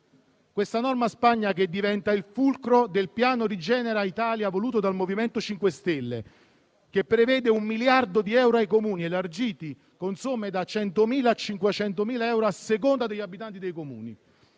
Tale norma diventa il fulcro del Piano rigenera Italia, voluto dal MoVimento 5 Stelle, che prevede un miliardo di euro ai Comuni, elargiti con stanziamenti da 100.000 a 500.000 euro, a seconda degli abitanti dei Comuni.